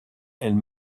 elle